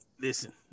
listen